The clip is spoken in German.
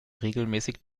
regelmäßig